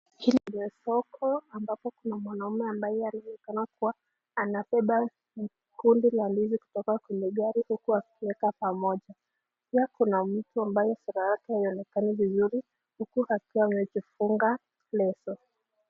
Hili ndiyo soko ambapo kuna mwanaume ambaye aliyeonekana kuwa anabeba kungu la ndizi kutoka kwenye gari huku akiweka pamoja, pia kuna mtu ambaye sura yake haionekani vuzuri huku akiwa amejifunga leso.